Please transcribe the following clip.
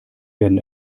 werden